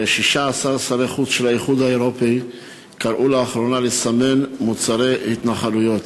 16 שרי חוץ של האיחוד האירופי קראו לאחרונה לסמן מוצרי התנחלויות.